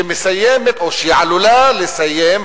שמסיימת או שעלולה לסיים,